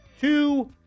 two